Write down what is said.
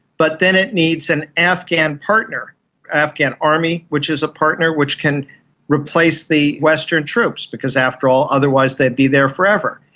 but then it needs an afghan partner, an afghan army which is a partner which can replace the western troops, because after all otherwise they'd be there forever,